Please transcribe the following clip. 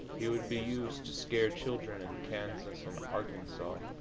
he would be used to scare children in kansas and arkansas.